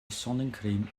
sonnencreme